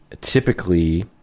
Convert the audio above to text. typically